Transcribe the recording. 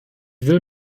will